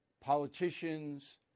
Politicians